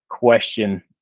question